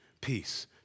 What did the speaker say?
peace